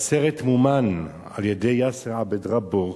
והסרט מומן על-ידי יאסר עבד רבו,